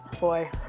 Boy